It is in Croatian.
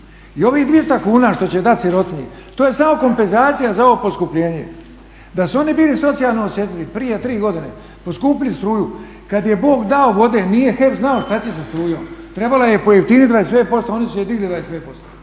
I ovih 200 kuna što će dati sirotinji to je samo kompenzacija za ovo poskupljenje. Da su oni bili socijalno osjetljivi prije tri godine, poskupili su struju, kad je Bog dao vode i nije HEP znao što će sa strujom, trebala je pojeftiniti 25%, a oni su je digli 25%.